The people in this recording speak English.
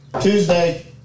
Tuesday